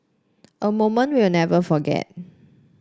a moment we'll never forget